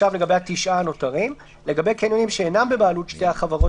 לגבי קניונים שאינם בבעלות שתי החברות